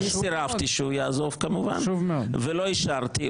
אני סירבתי שהוא יעזוב כמובן ולא אישרתי,